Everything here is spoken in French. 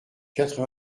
quatre